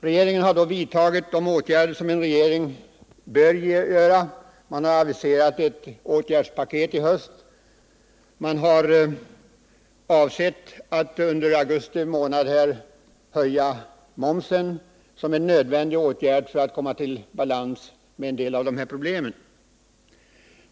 Regeringen har i det läget vidtagit de åtgärder som en regering bör vidta. Man har anvisat ett åtgärdspaket. Man har avsett att under augusti månad höja momsen som en nödvändig åtgärd för att komma till rätta med en del av de här problemen.